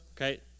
Okay